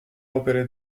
opere